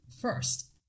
First